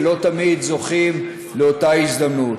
ולא תמיד זוכים לאותה הזדמנות.